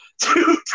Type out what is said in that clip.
two